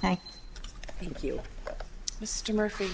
thank you thank you mr murphy